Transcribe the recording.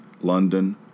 London